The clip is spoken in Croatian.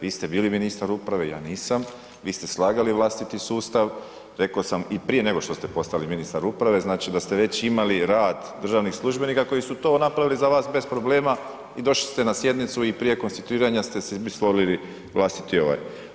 Vi ste bili ministar uprave, ja nisam, vi ste slagali vlastiti sustav, rekao sam i prije nego što ste postali ministar uprave, znači da ste veći mali rad državnih službenika koji su to napravili za vas bez problema i došli ste na sjednicu i prije konstituiranja ste si stvorili vlastiti ovaj.